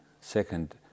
Second